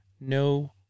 No